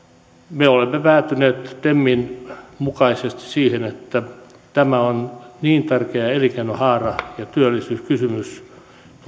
me olemme päätyneet temin mukaisesti siihen että tämä on niin tärkeä elinkeinonhaara ja työllisyyskysymys